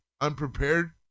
unprepared